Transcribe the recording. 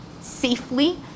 safely